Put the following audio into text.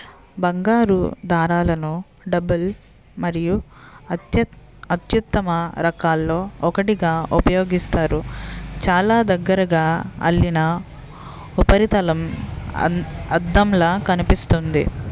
బంగారు దారాలను డబుల్ మరియు అత్యుత్తమ రకాల్లో ఒకటిగా ఉపయోగిస్తారు చాలా దగ్గరగా అల్లిన ఉపరితలం అం అద్దంలా కనిపిస్తుంది